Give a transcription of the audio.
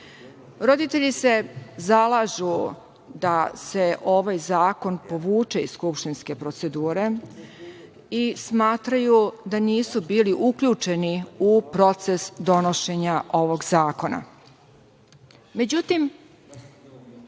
Roditelji se zalažu da se ovaj zakon povuče iz Skupštinske procedure, i smatraju da nisu bili uključeni u proces donošenja ovog